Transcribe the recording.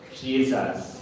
Jesus